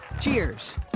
cheers